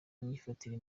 imyifatire